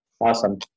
awesome